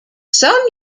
some